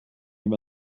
him